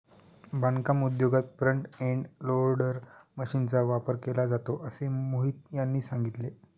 बांधकाम उद्योगात front end loader मशीनचा वापर केला जातो असे मोहित यांनी सांगितले